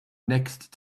next